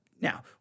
Now